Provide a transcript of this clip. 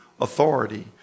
authority